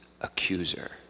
accuser